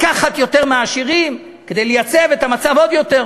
לקחת יותר מהעשירים, כדי לייצב את המצב עוד יותר.